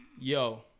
Yo